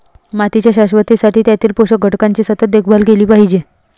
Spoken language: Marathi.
मातीच्या शाश्वततेसाठी त्यातील पोषक घटकांची सतत देखभाल केली पाहिजे